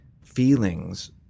feelings